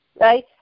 Right